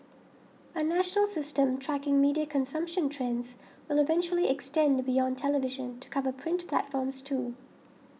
a national system tracking media consumption trends will eventually extend beyond television to cover print platforms too